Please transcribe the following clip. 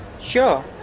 Sure